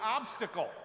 obstacle